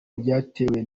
byatewe